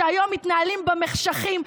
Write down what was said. שהיום מתנהלים במחשכים.